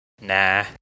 nah